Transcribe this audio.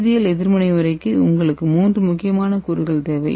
வேதியியல் எதிர்வினை முறைக்கு உங்களுக்கு மூன்று முக்கியமான கூறுகள் தேவை